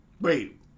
Wait